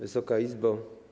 Wysoka Izbo!